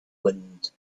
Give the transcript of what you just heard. wind